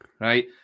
Right